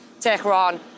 Tehran